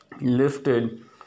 lifted